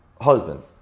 husband